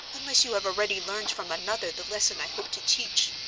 unless you have already learned from another the lesson i hope to teach.